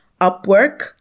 Upwork